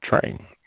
train